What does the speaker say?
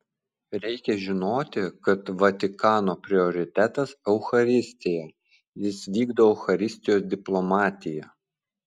reikia žinoti kad vatikano prioritetas eucharistija jis vykdo eucharistijos diplomatiją